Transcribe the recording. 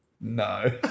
No